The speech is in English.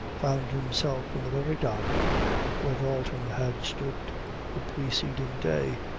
found himself in the very dock where dalton had stood the preceding day.